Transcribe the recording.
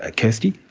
ah kirsty?